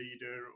leader